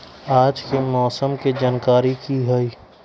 आज के मौसम के जानकारी कि हई?